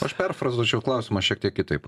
aš perfrazuočiau klausimą šiek tiek kitaip